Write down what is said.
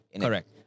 Correct